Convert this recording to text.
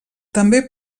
també